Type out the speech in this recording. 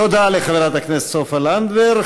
תודה לחברת הכנסת סופה לנדבר.